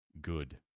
good